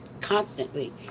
constantly